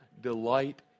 delight